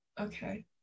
okay